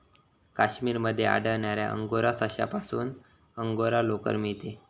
काश्मीर मध्ये आढळणाऱ्या अंगोरा सशापासून अंगोरा लोकर मिळते